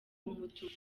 umutuku